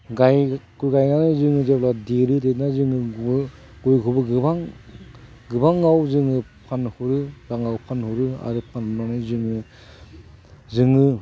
गायनानै गय गायनानै जोङो जेब्ला देरो देरनानै जोङो गय गयखौबो गोबां गोबाङाव जोङो फानहरो गोबाङाव फानहरो आरो फाननानै जोङो जोङो